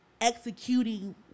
executing